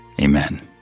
amen